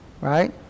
Right